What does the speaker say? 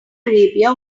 arabia